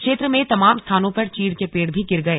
क्षेत्र में तमाम स्थानों पर चीड़ के पेड़ भी गिर गए